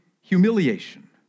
humiliation